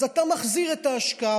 אז אתה מחזיר את ההשקעה,